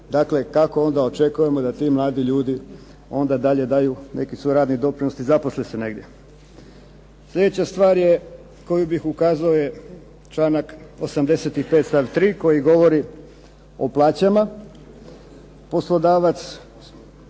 dakle kako onda očekujemo da ti mladi ljudi onda dalje daju svoj radni doprinos i zaposle se negdje. Sljedeća stvar koju bih ukazao je članak 85. stav 3. koji govori o plaćama,